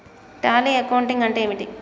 Tally accounting అంటే ఏమిటి?